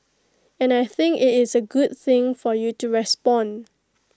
and I think IT is A good thing for you to respond